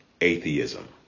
atheism